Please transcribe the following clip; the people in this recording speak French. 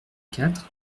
quatre